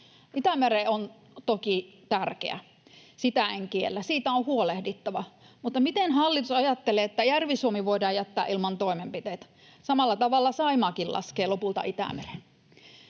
Itämeri on toki tärkeä, sitä en kiellä, siitä on huolehdittava, mutta miten hallitus ajattelee, että Järvi-Suomi voidaan jättää ilman toimenpiteitä? Samalla tavalla Saimaakin laskee lopulta Itämereen.